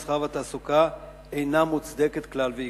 המסחר והתעסוקה אינה מוצדקת כלל ועיקר.